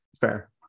Fair